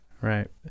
Right